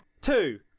Two